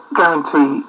guarantee